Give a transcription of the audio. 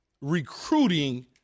recruiting